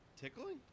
Tickling